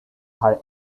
her